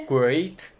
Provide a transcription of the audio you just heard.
Great